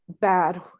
bad